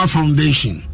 Foundation